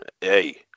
Hey